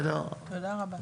תודה רבה.